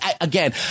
again